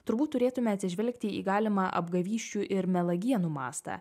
turbūt turėtume atsižvelgti į galimą apgavysčių ir melagienų mastą